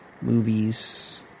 movies